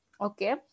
Okay